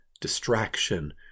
distraction